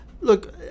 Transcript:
Look